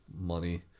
money